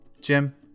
Jim